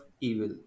evil